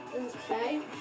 Okay